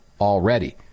already